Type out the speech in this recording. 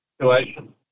situation